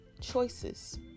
choices